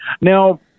Now